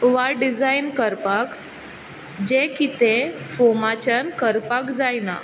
वा डिजायन करपाक जें कितें फोमाच्यान करपाक जायना